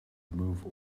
remove